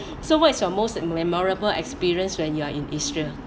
so what is your most memorable experience when you're in israel